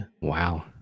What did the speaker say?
Wow